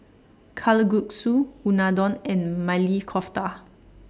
Kalguksu Unadon and Maili Kofta